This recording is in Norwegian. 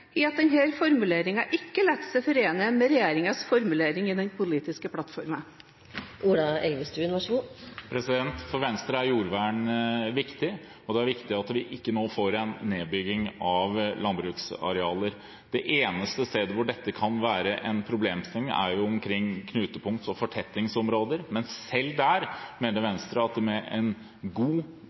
i at denne formuleringen ikke lar seg forene med regjeringens formulering i den politiske plattformen? For Venstre er jordvern viktig, og det er viktig at vi nå ikke får en nedbygging av landbruksarealer. Det eneste stedet hvor dette kan være en problemstilling, er omkring knutepunkts- og fortettingsområder, men selv der mener Venstre at med en god